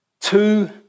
two